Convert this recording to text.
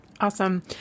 Awesome